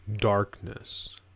Darkness